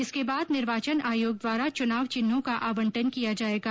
इसके बाद निर्वाचन आयोग द्वारा चूनाव चिन्हों का आवंटन किया जायेगा